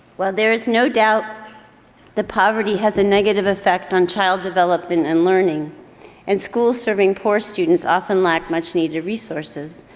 while there is no doubt the poverty has a negative effect on child development and learning and schools serving poor students often lack much-needed resources,